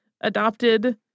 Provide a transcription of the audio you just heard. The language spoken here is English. adopted